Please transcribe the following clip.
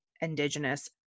indigenous